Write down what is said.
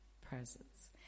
presence